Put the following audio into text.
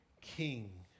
king